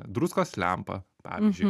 druskos lempa pavyzdžiui